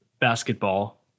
Basketball